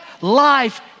life